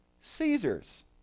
Caesar's